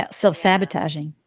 self-sabotaging